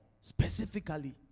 specifically